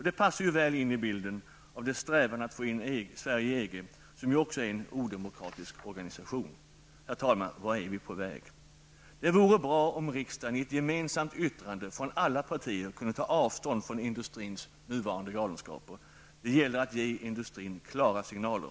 Det passar väl in i bilden av dess strävan att få in Sverige i EG, som också är en odemokratisk organisation. Herr talman! Vart är vi på väg? Det vore bra om riksdagen i ett gemensamt yttrande från alla partier kunde ta avstånd från industrins nuvarande galenskaper. Det gäller att ge industrin klara signaler.